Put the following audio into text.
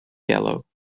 yellow